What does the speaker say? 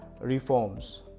reforms